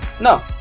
No